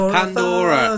Pandora